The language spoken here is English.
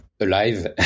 alive